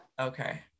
okay